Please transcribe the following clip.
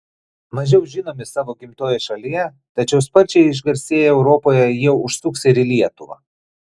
mažiau žinomi savo gimtojoje šalyje tačiau sparčiai išgarsėję europoje jie užsuks ir į lietuvą